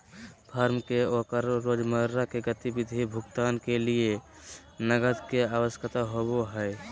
firm के ओकर रोजमर्रा के गतिविधि भुगतान के लिये नकद के आवश्यकता होबो हइ